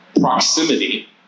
Proximity